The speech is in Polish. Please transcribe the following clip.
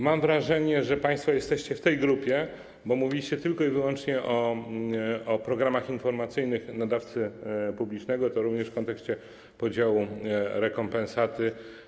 Mam wrażenie, że państwo jesteście w tej grupie, bo mówicie tylko i wyłącznie o programach informacyjnych nadawcy publicznego, również w kontekście podziału rekompensaty.